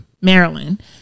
Maryland